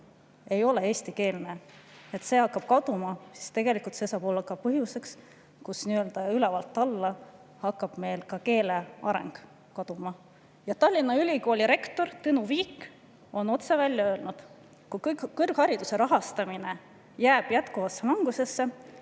ei ole eestikeelne, kui see hakkab kaduma, siis sellest võib saada põhjus, miks nii-öelda ülevalt alla hakkab meil keele areng kaduma. Tallinna Ülikooli rektor Tõnu Viik on otse välja öelnud: kui kõrghariduse rahastamine jääb jätkuvasse langusesse,